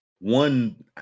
one